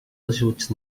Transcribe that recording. ajuts